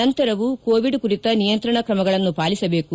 ನಂತರವೂ ಕೋವಿಡ್ ಕುರಿತ ನಿಯಂತ್ರಣ ಕ್ರಮಗಳನ್ನು ಪಾಲಿಸಬೇಕು